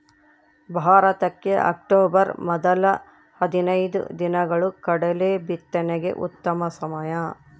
ಭಾರತಕ್ಕೆ ಅಕ್ಟೋಬರ್ ಮೊದಲ ಹದಿನೈದು ದಿನಗಳು ಕಡಲೆ ಬಿತ್ತನೆಗೆ ಉತ್ತಮ ಸಮಯ